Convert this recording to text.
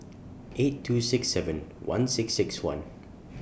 eight two six seven one six six one